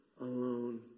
alone